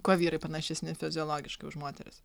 kuo vyrai panašesni fiziologiškai už moteris